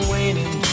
Waiting